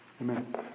Amen